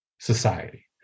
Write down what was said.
society